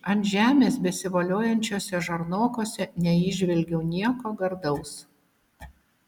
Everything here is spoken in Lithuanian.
ant žemės besivoliojančiuose žarnokuose neįžvelgiau nieko gardaus